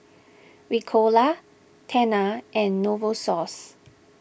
Ricola Tena and Novosource